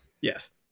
yes